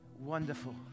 Wonderful